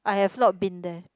I have not been there